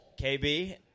KB